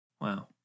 Wow